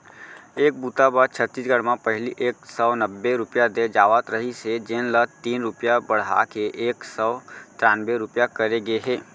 ए बूता बर छत्तीसगढ़ म पहिली एक सव नब्बे रूपिया दे जावत रहिस हे जेन ल तीन रूपिया बड़हा के एक सव त्रान्बे रूपिया करे गे हे